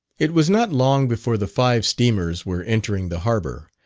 it was not long before the five steamers were entering the harbour,